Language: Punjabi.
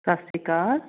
ਸਤਿ ਸ਼੍ਰੀ ਅਕਾਲ